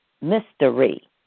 mystery